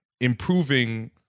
improving